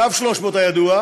קו 300 הידוע,